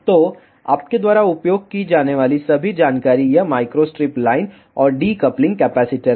तो आपके द्वारा उपयोग की जाने वाली सभी जानकारी यह माइक्रोस्ट्रिप लाइन और डीकप्लिंग कैपेसिटर है